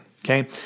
Okay